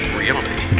reality